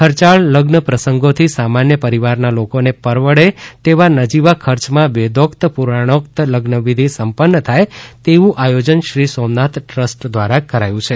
ખર્ચાળ લઝ્ન પ્રસંગોથી સામાન્ય પરિવારના લોકોને પરવડે તેવા નજીવા ખર્ચમાં વેદોક્ત પુરાણોક્ત લઝ્નવિધિ સંપન્ન થાય તેવું આયોજન શ્રી સોમનાથ ટ્રસ્ટ દ્વારા કરાયું છે